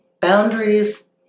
boundaries